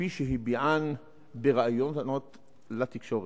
כפי שהביען בראיונות לתקשורת.